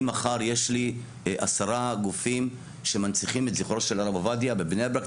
אם מחר יש לי עשרה גופים שמנציחים את זכרו של הרב עובדיה בבני ברק,